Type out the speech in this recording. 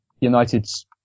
United's